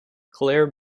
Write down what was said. claire